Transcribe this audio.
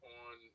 on